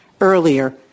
earlier